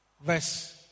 Verse